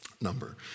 number